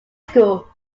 school